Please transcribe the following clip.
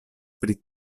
pri